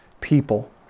people